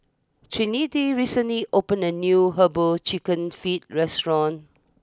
Trinity recently opened a new Herbal Chicken Feet restaurant